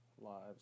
lives